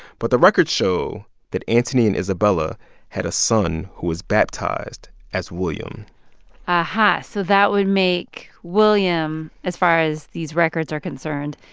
but the records show that anthony and isabella had a son who was baptized as william aha. so that would make william, as far as these records are concerned,